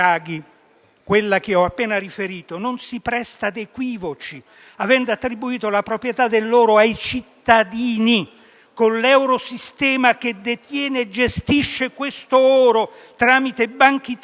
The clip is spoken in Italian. quella che ho appena riferito, non si presta ad equivoci, avendo attribuito la proprietà dell'oro ai cittadini, con l'eurosistema che detiene e gestisce questo oro tramite Bankitalia.